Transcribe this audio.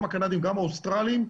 גם הקנדים וגם האוסטרלים,